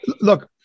Look